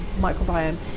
microbiome